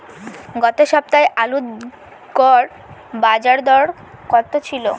গত সপ্তাহে আলুর গড় বাজারদর কত ছিল?